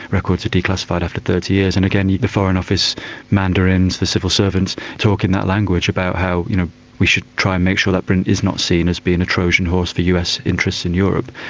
declassified after thirty years, and again, the foreign office mandarins, the civil servants talk in that language about how you know we should try make sure that britain is not seen as being a trojan horse for us interests in europe.